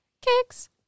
Kicks